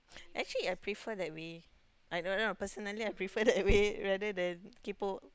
actually I prefer that way I don't know personally I prefer that way rather than kaypo